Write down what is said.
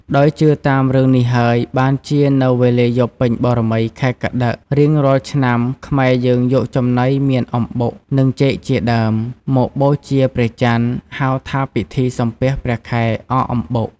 ដោយជឿតាមរឿងនេះហើយ បានជានៅវេលាយប់ពេញបូរមី ខែកត្តិក រៀងរាល់ឆ្នាំខ្មែរយើងយកចំណី មានអំបុក និងចេកជាដើម មកបូជាព្រះចន្ទ ហៅថាពិធីសំពះព្រះខែ អកអំបុក